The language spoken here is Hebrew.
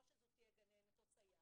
או גננת או סייעת,